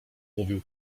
mówił